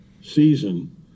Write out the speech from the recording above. season